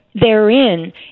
therein